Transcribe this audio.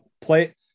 play